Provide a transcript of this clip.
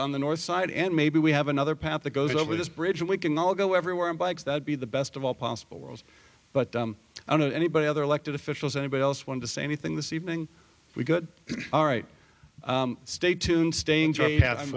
on the north side and maybe we have another path that goes over this bridge and we can all go everywhere and bikes that be the best of all possible worlds but i don't know anybody other elected officials anybody else wanted to say anything this evening we could all right stay tuned staying